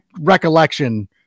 recollection